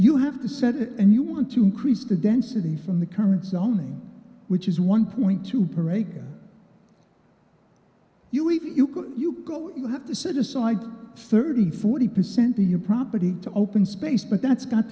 you have to set it and you want to increase the density from the current zoning which is one point two per acre you even you could you go you have to set aside thirty forty percent of your property to open space but that's got